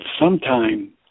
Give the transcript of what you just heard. sometime